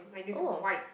oh